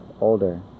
older